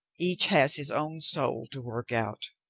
each has his own soul to work out,